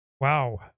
Wow